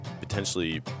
potentially